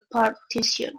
partition